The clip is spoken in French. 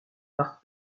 par